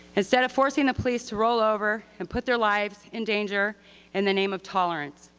instead of forcing the police to roll over and put their lives in danger in the name of tolerance.